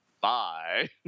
bye